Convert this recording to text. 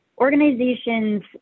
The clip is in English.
organizations